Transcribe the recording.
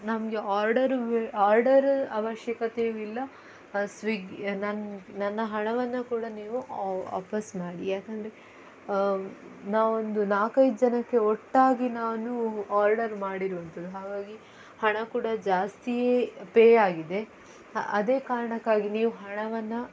ನಮಗೆ ಆರ್ಡರು ಬೇ ಆರ್ಡರ್ ಅವಶ್ಯಕತೆಯು ಇಲ್ಲ ಸ್ವಿಗ್ಗಿ ನನ್ನ ನನ್ನ ಹಣವನ್ನು ಕೂಡ ನೀವು ವಾಪಸ್ಸು ಮಾಡಿ ಯಾಕೆಂದ್ರೆ ನಾವೊಂದು ನಾಲ್ಕೈದು ಜನಕ್ಕೆ ಒಟ್ಟಾಗಿ ನಾನು ಆರ್ಡರ್ ಮಾಡಿರುವುದು ಹಾಗಾಗಿ ಹಣ ಕೂಡ ಜಾಸ್ತಿಯೇ ಪೇ ಆಗಿದೆ ಅದೇ ಕಾರಣಕ್ಕಾಗಿ ನೀವು ಹಣವನ್ನು